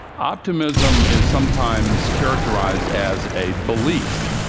optimism is sometimes characterized as a belief,